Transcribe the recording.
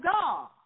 God